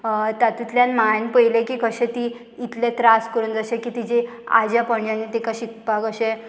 तातूंतल्यान हांवें पयलें की कशें ती इतलें त्रास करून जशें की तिजी आज्या पणज्यांनी तिका शिकपाक अशें